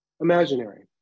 imaginary